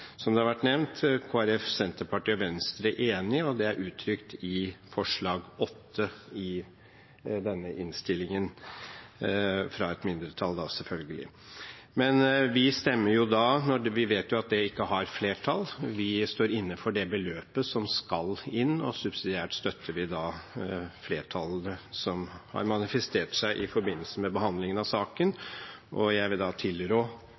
– som har vært nevnt – Kristelig Folkeparti, Senterpartiet og Venstre enige, og det er uttrykt i forslag nr. 8 i innstillingen, som er fra et mindretall, selvfølgelig. Vi vet at det ikke får flertall. Vi står inne for det beløpet som skal inn, og vi støtter da subsidiært det flertallet som har manifestert seg i forbindelse med behandlingen av saken. Jeg vil da tilrå